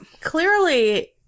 clearly